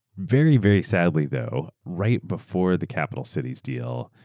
very, very sadly though, right before the capital cities deal,